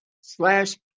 slash